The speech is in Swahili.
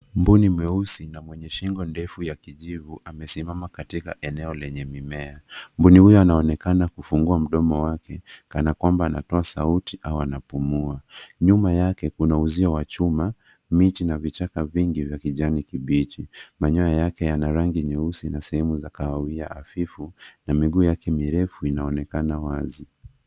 Mbuni mweusi na mwenye shingo ndefu ya kijivu amesimama katika eneo lenye mimea. Mbuni huyu anaonekana kufungua mdomo wake kana kwamba anatoa sauti au anapumua. Nyuma yake kuna uzio wa chuma, miti na vichaka vingi vya kijani kibichi. Manyoya yake yana rangi nyeusi na sehemu za kahawia hafifu na miguu yake mirefu inaonekana wazi.